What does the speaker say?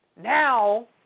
Now